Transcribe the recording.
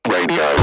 Radio